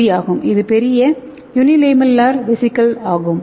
we ஆகும் இது பெரிய யூனி லேமல்லர் வெசிகல்ஸ் ஆகும்